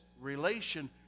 relation